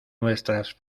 nuestras